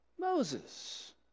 Moses